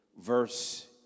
verse